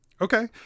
Okay